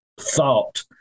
Thought